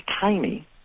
tiny